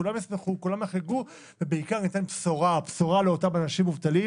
כולם ישמחו ובעיקר ניתן בשורה לאותם מובטלים